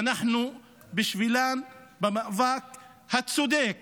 ואנחנו בשבילן במאבק הצודק